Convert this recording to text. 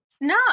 No